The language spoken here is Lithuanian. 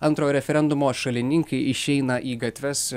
antrojo referendumo šalininkai išeina į gatves